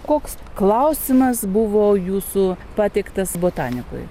koks klausimas buvo jūsų pateiktas botanikui